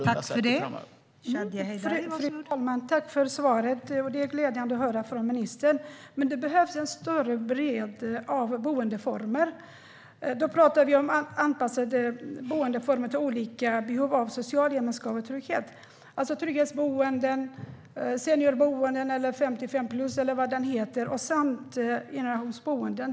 Fru talman! Tack för svaret, ministern! Det är glädjande att höra detta från ministern. Men det behövs en större bredd av boendeformer. Då talar vi om anpassade boendeformer för personer med olika behov av social gemenskap och trygghet, alltså trygghetsboenden, seniorboenden, 55-plus eller vad det heter, samt generationsboenden.